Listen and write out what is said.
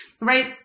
Right